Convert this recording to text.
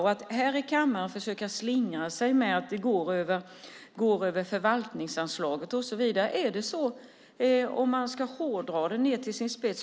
Det håller inte att i kammaren försöka slingra sig med att detta går över förvaltningsanslaget och så vidare.